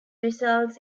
results